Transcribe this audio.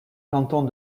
cantons